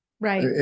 Right